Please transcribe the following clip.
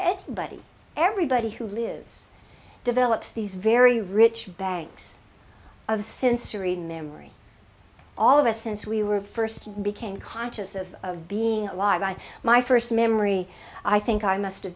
everybody everybody who lives develops these very rich banks of sensory memory all of us since we were first became conscious of of being alive my first memory i think i must have